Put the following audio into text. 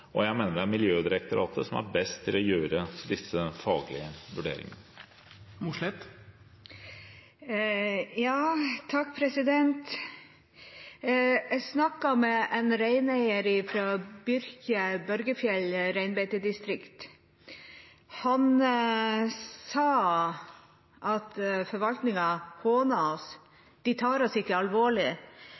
og jeg mener det er Miljødirektoratet som er best til å gjøre disse faglige vurderingene. Jeg snakket med en reineier fra Børgefjell reinbeitedistrikt. Han sa: Forvaltningen håner oss, de tar oss ikke alvorlig,